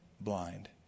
blind